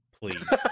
Please